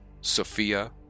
Sophia